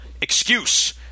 excuse